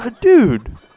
Dude